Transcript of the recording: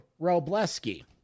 Robleski